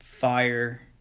Fire